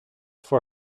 for